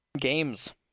Games